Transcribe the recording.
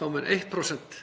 þá mun 1%